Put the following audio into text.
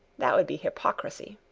that would be hypocrisy.